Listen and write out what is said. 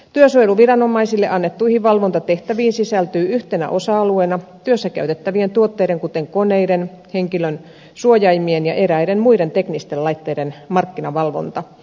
työsuojeluviranomaisille annettuihin valvontatehtäviin sisältyy yhtenä osa alueena työssä käytettävien tuotteiden kuten koneiden henkilön suojaimien ja eräiden muiden teknisten laitteiden markkinavalvonta